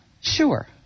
sure